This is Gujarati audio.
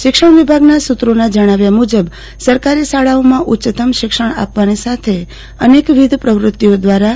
શિક્ષણ વિભાગના સુત્રોના જણાવ્યા મુજબ સરકારી શાળાઓમાં ઉચ્ચતમ શિક્ષણ આવવાની સાથે અનેકવિધ પ્રવ્રતિઓ દ્વારા